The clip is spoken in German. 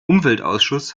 umweltausschuss